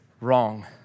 wrong